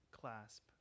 clasp